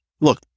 look